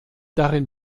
darin